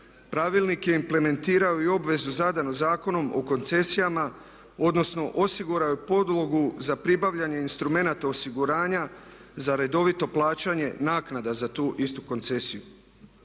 pravilnik je implementirao i obvezu zadanu Zakonom o koncesijama, odnosno osigurao je podlogu za pribavljanje instrumenata osiguranja za redovito plaćanje naknada za tu istu koncesiju.